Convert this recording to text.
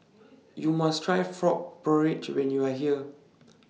YOU must Try Frog Porridge when YOU Are here